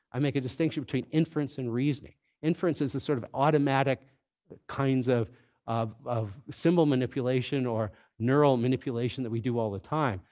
i make a distinction between inference and reasoning. inference is the sort of automatic kinds of of symbol manipulation or neural manipulation that we do all the time.